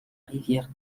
rivière